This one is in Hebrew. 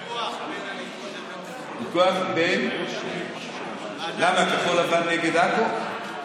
זה ויכוח בין, ויכוח בין, למה, כחול לבן נגד עכו?